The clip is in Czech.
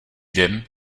den